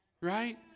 Right